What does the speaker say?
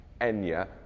Enya